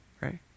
Right